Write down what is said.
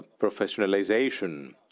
professionalization